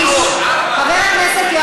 חברי הכנסת, אנחנו רוצים להמשיך בדיון.